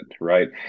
right